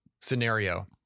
scenario